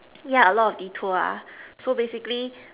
ya a lot of detour ah so basically